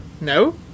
No